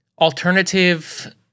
alternative